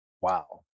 Wow